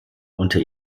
unter